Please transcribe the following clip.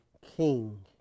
king